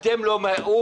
אתם לא מהאו"ם,